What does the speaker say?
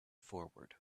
forward